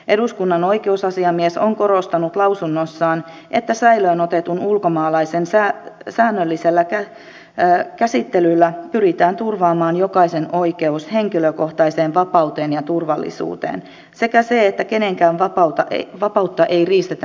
eduskunnan oikeusasiamies on korostanut lausunnossaan että säilöön otetun ulkomaalaisen säännöllisellä käsittelyllä pyritään turvaamaan jokaisen oikeus henkilökohtaiseen vapauteen ja turvallisuuteen sekä se että kenenkään vapautta ei riistetä mielivaltaisesti